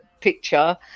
picture